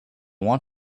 want